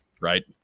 right